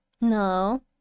No